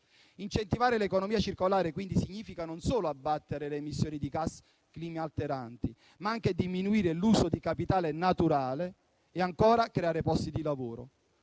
Incentivare l'economia circolare, quindi, significa non solo abbattere le emissioni di gas climalteranti, ma anche diminuire l'uso di capitale naturale e - ancora - creare posti di lavoro,